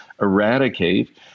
eradicate –